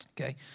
Okay